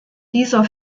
dieser